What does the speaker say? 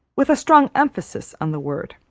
with a strong emphasis on the word.